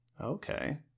Okay